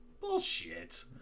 Bullshit